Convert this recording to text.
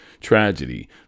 tragedy